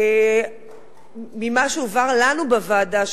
ממה שהובהר לנו בוועדה,